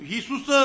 Jesus